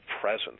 presence